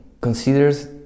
considers